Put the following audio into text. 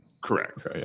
Correct